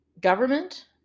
government